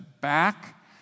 back